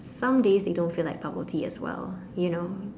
some days they don't feel like bubble tea as well you know